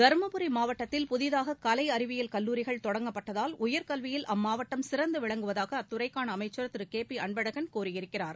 தர்மபுரி மாவட்டத்தில் புதிதாக கலை அறிவியல் கல்லூரிகள் தொடங்கப்பட்டதால் உயர்கல்வியில் அம்மாவட்டம் சிறந்து விளங்குவதாக அத்துறைக்கான அமைச்சர் திரு கே பி அன்பழகன் கூறியிருக்கிறார்